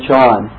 John